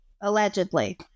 allegedly